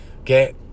Okay